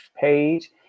page